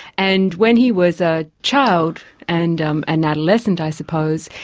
and when he was a child and um an adolescent i suppose,